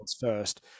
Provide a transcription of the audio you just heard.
first